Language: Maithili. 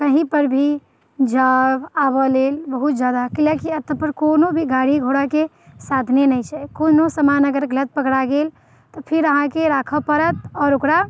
कहीँपर भी जाइ आबऽ लेल बहुत ज्यादा किएक लऽ कऽ एतऽ कोनो गाड़ी घोड़ाके साधने नहि छै कोनो सामान अगर गलत पकड़ा गेल तऽ फिर अहाँके राखऽ पड़त आओर ओकरा